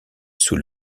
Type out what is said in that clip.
sous